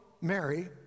Mary